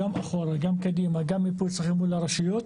גם אחורה וגם קדימה וגם מיפוי צרכים מול הרשויות